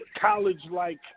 college-like